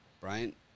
Brian